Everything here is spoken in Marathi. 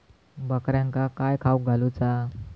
बकऱ्यांका काय खावक घालूचा?